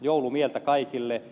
joulumieltä kaikille